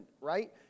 right